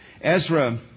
Ezra